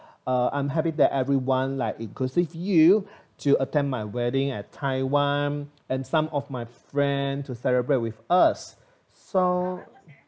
uh I'm happy that everyone like inclusive you to attend my wedding at taiwan and some of my friend to celebrate with us so